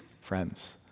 Friends